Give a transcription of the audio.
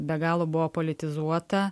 be galo buvo politizuota